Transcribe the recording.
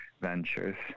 ventures